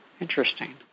Interesting